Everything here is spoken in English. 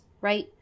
right